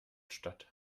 statt